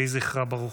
יהי זכרה ברוך.